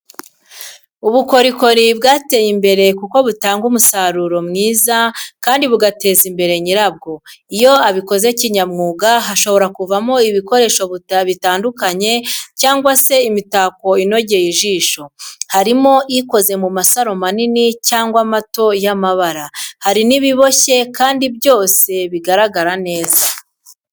Ubukorikori bwateye imbere kuko butanga umusaruro mwiza kandi bugateza imbere nyirabwo. Iyo abikoze kinyamwuga hashobora kuvamo ibikoresho bitandukanye cyangwa se imitako inogeye ijisho, harimo ibikoze mu masaro manini cyangwa amato y'amabara, hari n'ibiboshye kandi byose bigaragara neza.